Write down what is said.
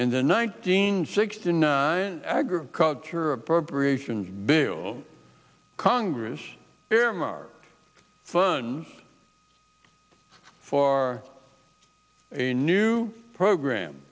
in the nineteen sixty nine agriculture appropriations bill congress earmarked fun for a new program